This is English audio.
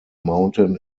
mountain